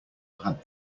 had